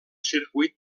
circuit